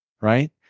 right